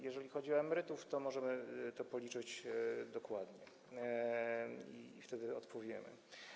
Jeżeli chodzi o emerytów, to możemy to policzyć dokładnie i wtedy odpowiemy.